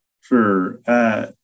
Sure